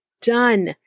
done